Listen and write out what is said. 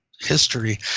history